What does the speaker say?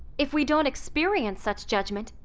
if we don't experience such judgment,